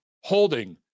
holding